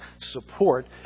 support